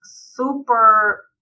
super-